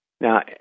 Now